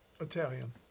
Italian